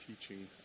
teaching